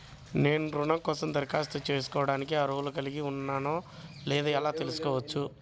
నేను రుణం కోసం దరఖాస్తు చేసుకోవడానికి అర్హత కలిగి ఉన్నానో లేదో ఎలా తెలుసుకోవచ్చు?